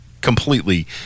completely